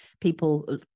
people